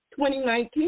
2019